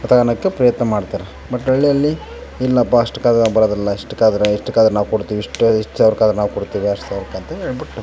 ತಗೋಳೋಕ್ಕ ಪ್ರಯತ್ನ ಮಾಡ್ತಾರೆ ಬಟ್ ಹಳ್ಳಿಯಲ್ಲಿ ಇಲ್ಲಪ್ಪ ಅಷ್ಟಕ್ಕಾದ್ರ ಬರೋದಿಲ್ಲ ಇಷ್ಟಕಾದ್ರೆ ಇಷ್ಟುಕ್ಕಾದ್ರೆ ನಾ ಕೊಡ್ತೀವಿ ಇಷ್ಟು ಇಷ್ಟು ಸಾವ್ರಕ್ಕೆ ಆದ್ರೆ ನಾವು ಕೊಡ್ತೀವಿ ಅಷ್ಟು ಸಾವ್ರಕ್ಕೆ ಅಂತೇಳ್ಬಿಟ್ಟು